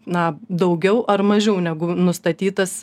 na daugiau ar mažiau negu nustatytas